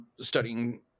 studying